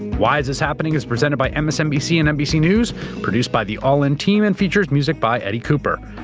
why is this happening? is presented by and msnbc and nbc news produced by the all in team and features music by eddie cooper.